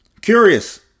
curious